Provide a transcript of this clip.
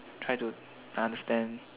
try to understand